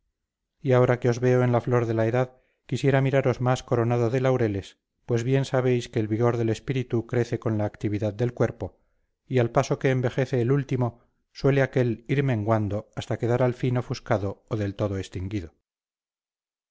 y ahora que os veo en la flor de la edad quisiera miraros más coronado de laureles pues bien sabéis que el vigor del espíritu crece con la actividad del cuerpo y al paso que envejece el último suele aquel ir menguando hasta quedar al fin ofuscado o del todo extinguido